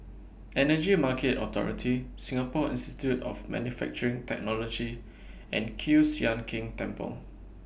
Energy Market Authority Singapore Institute of Manufacturing Technology and Kiew Sian King Temple